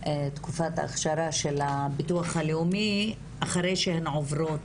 תקופת הכשרה של הביטוח הלאומי, אחרי שהן עוברו,